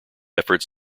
efforts